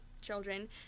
children